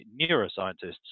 neuroscientists